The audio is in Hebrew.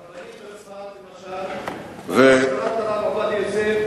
הרבנים בצפת למשל, הרב עובדיה יוסף.